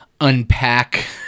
unpack